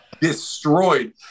destroyed